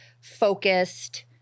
focused